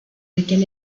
lequel